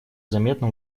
заметно